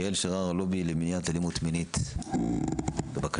יעל שרר, הלובי למלחמה באלימות מינית, בבקשה.